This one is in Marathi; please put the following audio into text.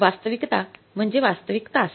वास्तविकता म्हणजे वास्तविक तास